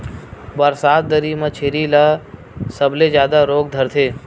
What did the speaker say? बरसात दरी म छेरी ल सबले जादा रोग धरथे